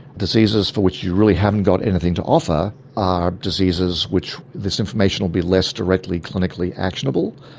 diseases for which you really haven't got anything to offer are diseases which this information will be less directly clinically actionable.